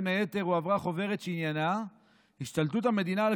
בין היתר הועברה חוברת שעניינה "השתלטות המדינה על